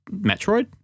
Metroid